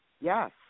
Yes